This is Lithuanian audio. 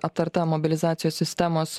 aptarta mobilizacijos sistemos